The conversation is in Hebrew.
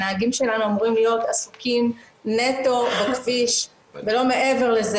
הנהגים שלנו אמורים להיות עסוקים נטו בכביש ולא מעבר לזה,